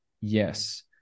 Yes